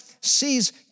sees